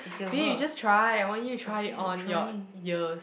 B just try I want you try it on your ears